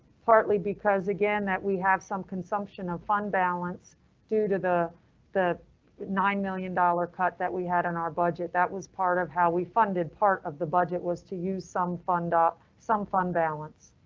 partly because again, that we have some consumption of fund balance due to the the nine million dollars cut that we had in our budget that was part of how we funded part of the budget was to use some fund up some fund balance.